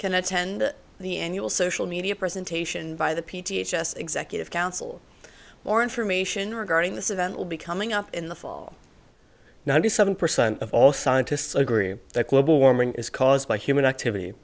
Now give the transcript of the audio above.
can attend the annual social media presentation by the p t a just executive council or information regarding this event will be coming up in the fall ninety seven percent of all scientists agree that global warming is caused by human activity